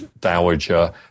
dowager